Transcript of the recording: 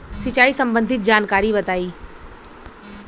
सिंचाई संबंधित जानकारी बताई?